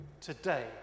today